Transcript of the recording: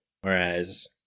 Whereas